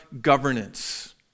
governance